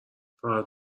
فقط